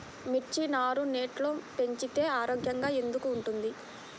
మిర్చి నారు నెట్లో పెంచితే ఆరోగ్యంగా ఎందుకు ఉంటుంది?